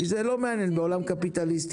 כי זה לא מעניין בעולם קפיטליסטי,